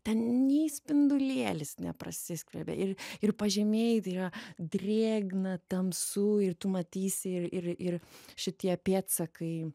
ten nei spindulėlis neprasiskverbia ir ir pažemėj tai yra drėgna tamsu ir tu matysi ir ir ir šitie pėdsakai